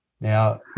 Now